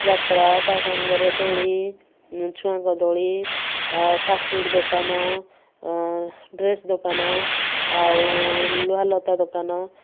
ଯାତ୍ରା ତା ସାଙ୍ଗରେ ଦୋଳି ଛୁଆଙ୍କ ଦୋଳି ଫାଷ୍ଟ ଫୁଡ଼ ଦୋକାନ ଡ୍ରେସ୍ ଦୋକାନ ଆଉ ଲୁହା ଲତା ଦୋକାନ